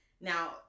Now